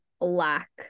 lack